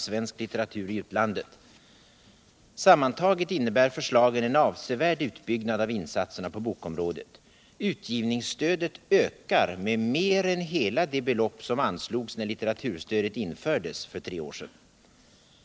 | Sammantaget innebär förslagen en avsevärd utbyggnad av insatserna på bokområdet. Utgivningsstödet ökar med mer än hela det belopp som anslogs när litteraturstödet infördes för tre år sedan.